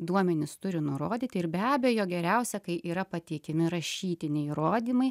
duomenis turi nurodyti ir be abejo geriausia kai yra pateikiami rašytiniai įrodymai